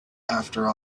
after